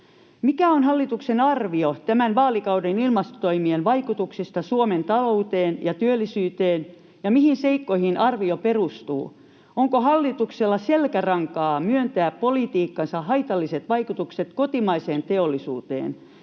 Mikä on hallituksen arvio tämän vaalikauden ilmastotoimien vaikutuksista Suomen talouteen ja työllisyyteen, ja mihin seikkoihin arvio perustuu? Onko hallituksella selkärankaa myöntää politiikkansa haitalliset vaikutukset kotimaiseen teollisuuteen?